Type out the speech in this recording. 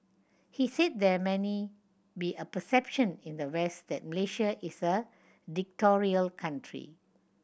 he said there many be a perception in the West that Malaysia is a dictatorial country